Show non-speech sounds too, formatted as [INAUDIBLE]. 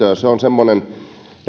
[UNINTELLIGIBLE] ja se on semmoinen